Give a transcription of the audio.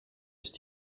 ist